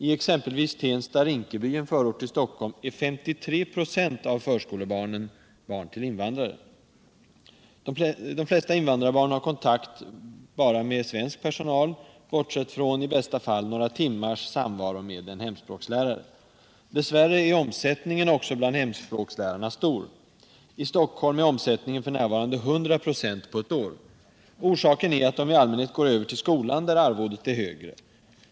I exempelvis Tensta-Rinkeby, en förort till Stockholm, är 53 96 av förskolebarnen barn till invandrare. De flesta invandrarbarn har kontakt endast med svensk personal, bortsett från i bästa fall några timmars samvaro med en hemspråkslärare. Dess värre är omsättningen också bland hemspråkslärarna stor. I Stockholm är omsättningen f. n. 100 96 på ett år. Orsaken är att de i allmänhet går över till skolan, där arvodet är högre.